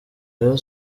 rayon